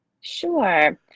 Sure